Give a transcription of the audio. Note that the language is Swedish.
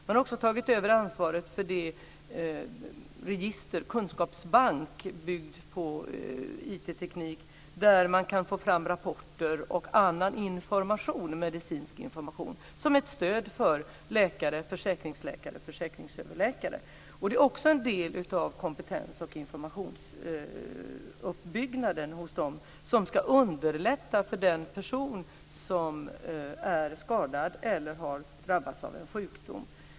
Man har också tagit över ansvaret för en kunskapsbank byggd på informationsteknik där man kan få fram rapporter och annan medicinsk information som ett stöd för läkare, försäkringsläkare och försäkringsöverläkare. Det är också en del av kompetensoch informationsuppbyggnaden som ska underlätta för den person som är skadad eller har drabbats av en sjukdom.